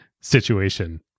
situation